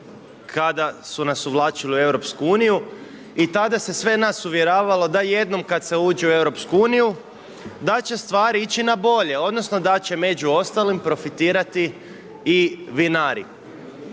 kada su nas uvlačili u EU i tada se sve nas uvjeravalo, da jednom kada se uđe u EU da će stvari ići na bolje, odnosno, da će među ostalim profitirati i vinari.